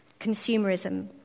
consumerism